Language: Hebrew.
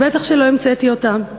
ובטח שלא המצאתי אותם.